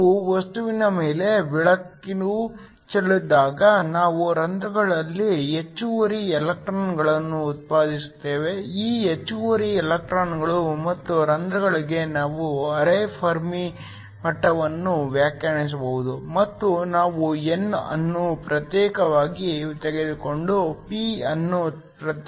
ನಾವು ವಸ್ತುವಿನ ಮೇಲೆ ಬೆಳಕು ಚೆಲ್ಲಿದಾಗ ನಾವು ರಂಧ್ರಗಳಲ್ಲಿ ಹೆಚ್ಚುವರಿ ಎಲೆಕ್ಟ್ರಾನ್ಗಳನ್ನು ಉತ್ಪಾದಿಸುತ್ತೇವೆ ಈ ಹೆಚ್ಚುವರಿ ಎಲೆಕ್ಟ್ರಾನ್ಗಳು ಮತ್ತು ರಂಧ್ರಗಳಿಗೆ ನಾವು ಅರೆ ಫೆರ್ಮಿ ಮಟ್ಟವನ್ನು ವ್ಯಾಖ್ಯಾನಿಸಬಹುದು ಮತ್ತು ನಾವು n ಅನ್ನು ಪ್ರತ್ಯೇಕವಾಗಿ ತೆಗೆದುಕೊಂಡು p ಅನ್ನು ಪ್ರತ್ಯೇಕವಾಗಿ ತೆಗೆದುಕೊಳ್ಳುತ್ತೇವೆ